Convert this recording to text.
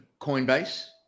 Coinbase